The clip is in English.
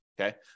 okay